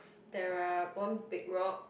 there are one big rock